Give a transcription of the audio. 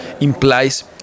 implies